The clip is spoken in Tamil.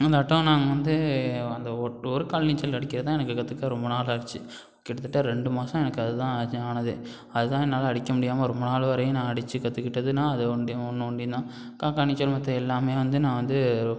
அதாட்டம் நாங்கள் வந்து அந்த ஒரு ஒரு கால் நீச்சல் அடிக்கிறது தான் எனக்கு கற்றுக்க ரொம்ப நாள் ஆச்சு கிட்டத்தட்ட ரெண்டு மாதம் எனக்கு அதுதான் ஆனதே அது தான் என்னால் அடிக்க முடியாமல் ரொம்ப நாள் வரையும் நான் அடிச்சு கற்றுக்கிட்டதுன்னா அது ஒன்டியும் ஒன்று ஒன்டியுந்தான் காக்காய் நீச்சல் மற்ற எல்லாமே வந்து நான் வந்து